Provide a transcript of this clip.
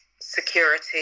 security